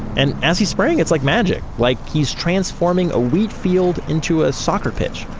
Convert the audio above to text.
and as he's spraying, it's like magic, like he's transforming a wheat field into a soccer pitch,